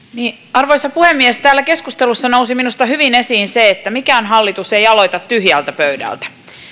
arvoisa puhemies täällä keskustelussa nousi minusta hyvin esiin se että mikään hallitus ei aloita tyhjältä pöydältä